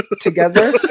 together